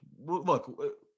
Look